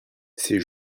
c’est